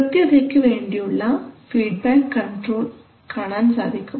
കൃത്യതയ്ക്ക് വേണ്ടിയുള്ള feedback control കാണാൻ സാധിക്കും